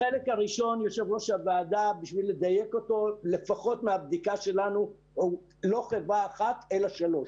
החלק הראשון, לדייק אותו, לא חברה אחת אלא שלוש.